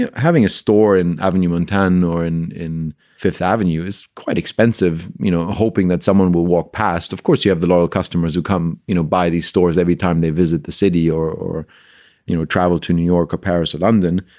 and having a store in avenue, montana and or in in fifth avenue is quite expensive. you know, hoping that someone will walk past, of course, you have the loyal customers who come you know by these stores every time they visit the city or or you know travel to new york or paris of london.